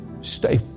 stay